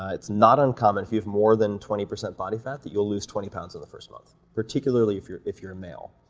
ah it's not uncommon if you have more than twenty percent body fat that you'll lose twenty pounds in the first month, particularly if you're if you're a male,